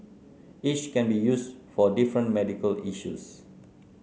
each can be used for different medical issues